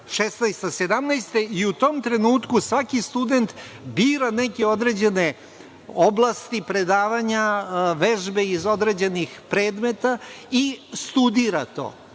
2016/2017. i u tom trenutku svaki student bira neke određene oblasti, predavanja, vežbe iz određenih predmeta i studira to.